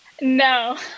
No